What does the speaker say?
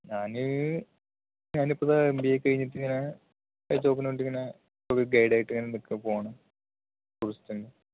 ഞാൻ ഞാനിപ്പതാ M B A കഴിഞ്ഞിട്ട് ഞാൻ ഉത്സവോക്കെ കണ്ടിങ്ങനെ ഒരു ഗൈഡായിട്ട് ഇങ്ങനെ നിക്കുക പോണു ടൂറിസ്റ്റ്